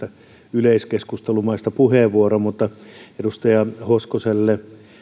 yleiskeskustelumaista puheenvuoroa mutta edustaja hoskoselle